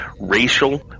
racial